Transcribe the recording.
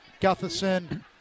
Gutherson